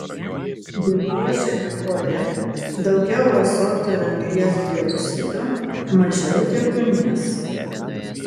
dirvožemio ore daugiau azoto ir anglies dioksido mažiau deguonies